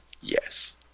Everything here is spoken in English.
Yes